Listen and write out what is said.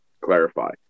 clarify